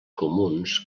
comuns